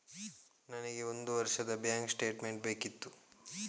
ನನಗೆ ಒಂದು ವರ್ಷದ ಬ್ಯಾಂಕ್ ಸ್ಟೇಟ್ಮೆಂಟ್ ಬೇಕಿತ್ತು